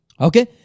Okay